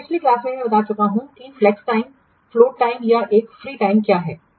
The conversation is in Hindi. पिछली क्लास में मैं पहले ही बता चुका हूं कि फ्लेक्स टाइम फ्लोट टाइम या एक फ्री टाइम क्या है